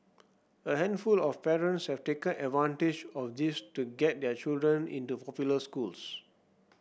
a handful of parents have taken advantage of this to get their children into popular schools